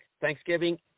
Thanksgiving